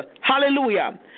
Hallelujah